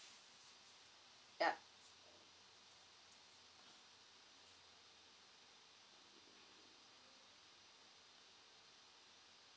yup